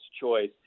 choice